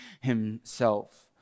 himself